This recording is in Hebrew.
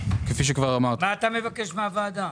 מה אתה מבקש מהוועדה?